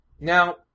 Now